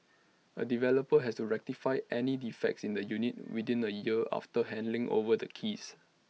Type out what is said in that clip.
A developer has to rectify any defects in the units within A year after handing over the keys